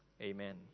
Amen